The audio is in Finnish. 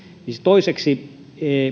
toiseksi